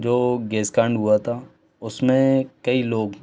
जो गैस हुआ था उसमें कई लोग